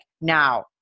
Now